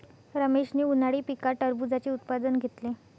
रमेशने उन्हाळी पिकात टरबूजाचे उत्पादन घेतले